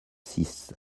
six